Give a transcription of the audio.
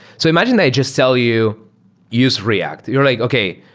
so imagine that i just tell you use react. you're like, okay.